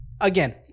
Again